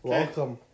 Welcome